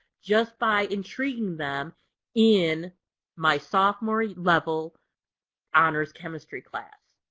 just by intriguing them in my sophomore level honors chemistry class.